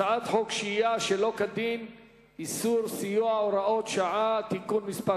הצעת חוק שהייה שלא כדין (איסור סיוע) (הוראות שעה) (תיקון מס'